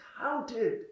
counted